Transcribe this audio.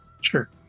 Sure